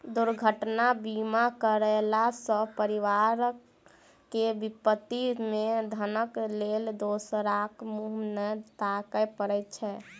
दुर्घटना बीमा करयला सॅ परिवार के विपत्ति मे धनक लेल दोसराक मुँह नै ताकय पड़ैत छै